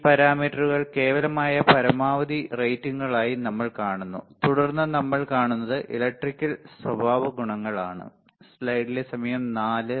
ഈ പാരാമീറ്ററുകൾ കേവലമായ പരമാവധി റേറ്റിംഗുകളായി നമ്മൾ കാണുന്നു തുടർന്ന് നമ്മൾ കാണുന്നത് ഇലക്ട്രിക്കൽ സ്വഭാവഗുണങ്ങൾ ആണ്